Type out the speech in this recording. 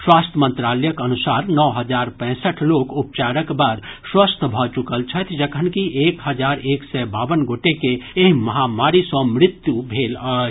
स्वास्थ्य मंत्रालयक अनुसार नओ हजार पैंसठि लोक उपचारक बाद स्वस्थ भऽ चुकल छथि जखनकि एक हजार एक सय बावन गोटे के एहि महामारी सँ मृत्यु भेल अछि